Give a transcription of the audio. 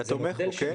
אתה תומך בו, כן?